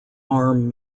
arm